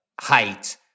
height